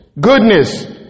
goodness